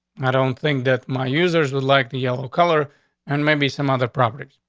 i don't think that my users would like the yellow color and maybe some other properties.